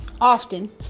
often